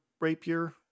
rapier